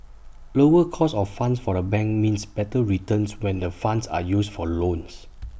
lower cost of funds for A bank means better returns when the funds are used for loans